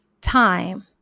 time